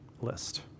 list